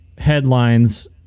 headlines